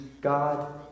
God